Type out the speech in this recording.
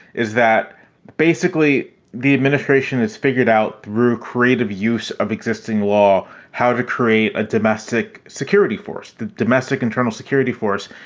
is that basically the administration has figured out through creative use of existing law how to create a domestic security force, the domestic internal security force.